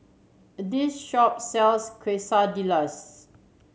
this shop sells Quesadillas